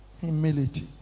humility